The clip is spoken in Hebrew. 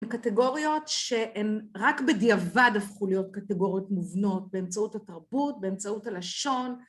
קטגוריות שהן רק בדיעבד הפכו להיות קטגוריות מובנות באמצעות התרבות באמצעות הלשון